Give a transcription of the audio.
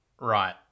Right